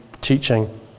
teaching